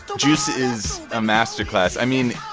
juice is a masterclass. i mean,